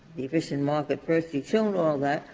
the efficient market first you've shown all that,